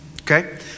Okay